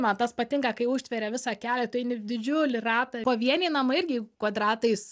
man tas patinka kai užtveria visą kelią tu eini didžiulį ratą pavieniai namai irgi kvadratais